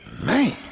Man